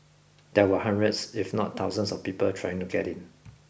there were hundreds if not thousands of people trying to get in